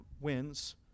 wins